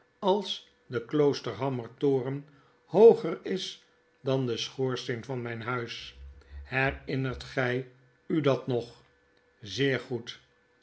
als de kloosterhammer toren hooger is dan de schoorsteen van myn huis herinnert gij u dat nog zeer goed